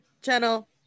channel